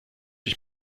ich